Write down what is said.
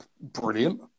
Brilliant